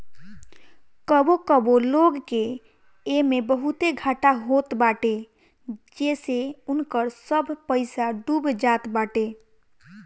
कबो कबो लोग के एमे बहुते घाटा होत बाटे जेसे उनकर सब पईसा डूब जात बाटे